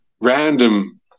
random